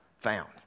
found